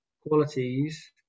qualities